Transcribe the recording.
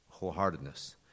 wholeheartedness